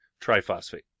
triphosphate